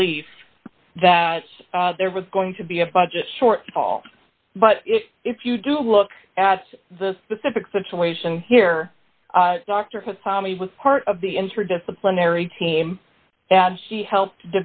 belief that there was going to be a budget shortfall but if you do look at the specific situation here dr tommy was part of the interdisciplinary team and she helped